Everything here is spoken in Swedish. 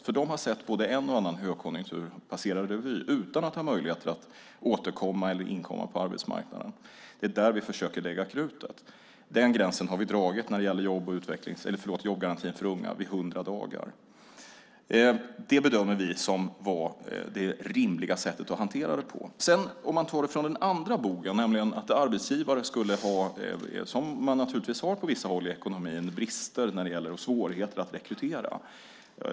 De har nämligen sett både en och annan högkonjunktur passera revy utan att ha haft möjligheter att återkomma till eller inkomma på arbetsmarknaden. Det är där vi försöker lägga krutet. Den gränsen har vi dragit vid 100 dagar när det gäller jobbgarantin för unga. Det bedömer vi vara det rimliga sättet att hantera det på. Sedan kan man ta det från den andra bogen, nämligen att arbetsgivare skulle ha, som man naturligtvis har på vissa håll, brister i ekonomin och svårigheter att rekrytera.